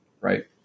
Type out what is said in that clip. right